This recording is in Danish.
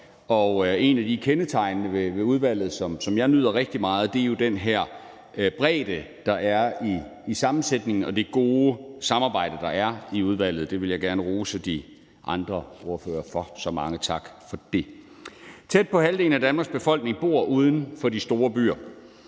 Og et af de kendetegn ved udvalget, som jeg nyder rigtig meget, er jo den her bredde, der er i sammensætningen, og det gode samarbejde, der er i udvalget. Det vil jeg gerne rose de andre ordførere for. Så mange tak for det. Tæt på halvdelen af Danmarks befolkning bor uden for de store byer.